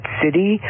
city